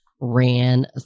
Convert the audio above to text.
ran